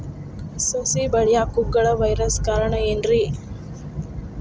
ಸಸಿ ಬೆಳೆಯಾಕ ಕುಗ್ಗಳ ವೈರಸ್ ಕಾರಣ ಏನ್ರಿ?